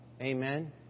Amen